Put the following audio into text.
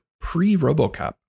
pre-RoboCop